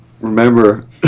remember